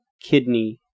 kidney